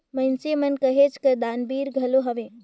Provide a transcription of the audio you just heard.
मइनसे मन कहेच कर दानबीर घलो हवें